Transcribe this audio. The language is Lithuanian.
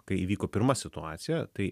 kai įvyko pirma situacija tai